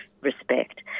respect